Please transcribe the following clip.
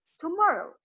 tomorrow